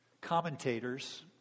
commentators